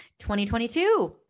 2022